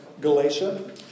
Galatia